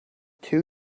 two